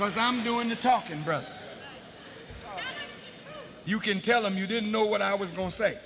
because i'm doing the talking bro you can tell them you didn't know what i was going to say